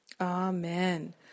Amen